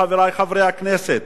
חברי חברי הכנסת,